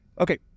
okay